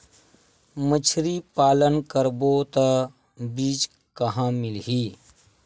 मछरी पालन करबो त बीज कहां मिलही?